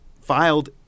filed